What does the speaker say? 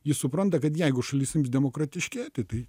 jis supranta kad jeigu šalis ims demokratiškėti tai